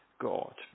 God